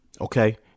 Okay